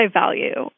value